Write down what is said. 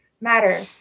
matter